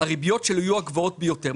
הריביות שלו יהיו הגבוהות ביותר.